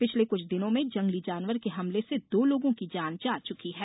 पिछले क्छ दिनों में जंगली जानवर के हमले से दो लोगों की जान जा चुकी है